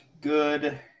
good